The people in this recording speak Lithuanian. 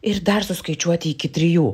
ir dar suskaičiuoti iki trijų